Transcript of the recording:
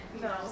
No